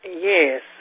Yes